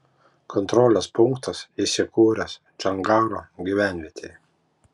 kontrolės punktas įsikūręs čongaro gyvenvietėje